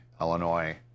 Illinois